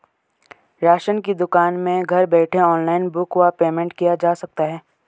Ration की दुकान में घर बैठे ऑनलाइन बुक व पेमेंट किया जा सकता है?